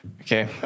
Okay